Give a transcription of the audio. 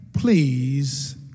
please